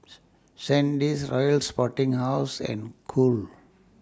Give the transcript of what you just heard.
Sandisk Royal Sporting House and Cool